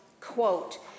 Quote